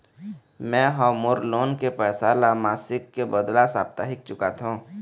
में ह मोर लोन के पैसा ला मासिक के बदला साप्ताहिक चुकाथों